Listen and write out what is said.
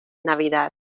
navidad